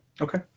Okay